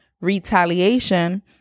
retaliation